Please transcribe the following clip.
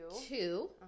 two